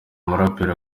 umuraperi